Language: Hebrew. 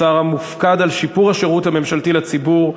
השר המופקד על שיפור השירות הממשלתי לציבור,